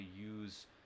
use